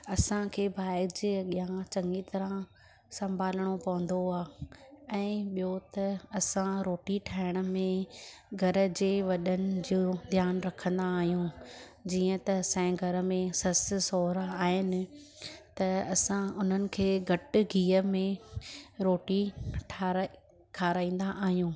असांखे ॿाहि जे अॻियां चङी तरहां सम्भालिणो पवंदो आहे ऐं ॿियो त असां रोटी ठाहिण में घर जे वॾनि जो ध्यानु रखंदा आहियूं जीअं त असांजे घर में ससु सहुरा आहिनि त असां उन्हनि खे घटि गीह में रोटी ठाराहे खाराईंदा आहियूं